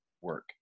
work